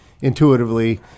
intuitively